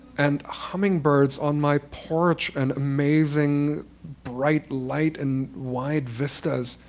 and hummingbirds on my porch, and amazing bright light and wide vistas,